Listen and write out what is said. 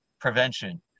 prevention